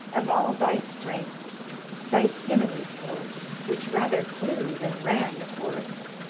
of all thy strength thy sinewy force, which rather flew than ran the course?